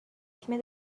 تیم